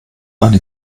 eine